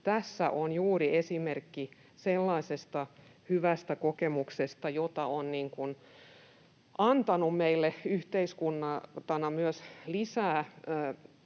tässä on esimerkki juuri sellaisesta hyvästä kokemuksesta, joka on antanut meille yhteiskuntana myös lisää